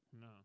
No